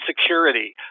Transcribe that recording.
security